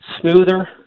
smoother